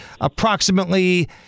approximately